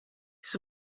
his